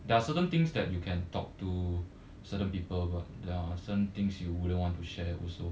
there are certain things that you can talk to certain people but there are certain things you wouldn't want to share also